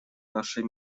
нашей